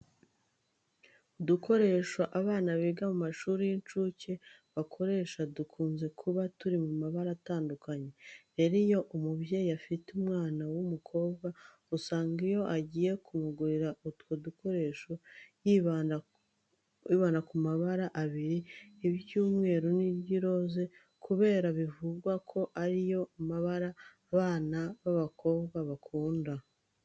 Udukoresho abana biga mu mashuri y'incuke bakoresha dukunze kuba turi mu mabara atandukanye. Rero iyo umubyeyi afite umwana w'umukobwa usanga iyo agiye kumugurira utwo dukoresho yibanda ku mabara abiri iry'umweru n'iry'iroze kubera bivugwa ko ari yo mabara abana b'abakobwa bakunda.